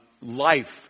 life